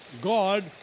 God